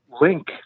link